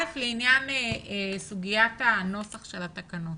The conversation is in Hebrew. ראשית, לעניין סוגיית הנוסח של התקנות.